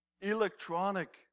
electronic